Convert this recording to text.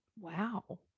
Wow